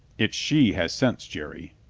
it's she has sense, jerry.